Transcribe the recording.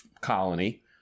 colony